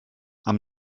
amb